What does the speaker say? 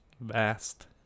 Vast